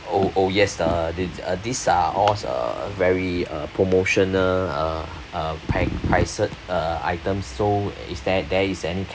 oh oh yes uh this uh these are all uh very uh promotional uh uh pri~ priced uh items so if there there is any